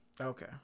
Okay